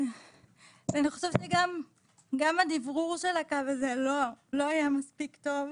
אני חושבת שגם הדברור של הקו הזה לא היה מספיק טוב,